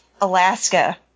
Alaska